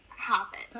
happen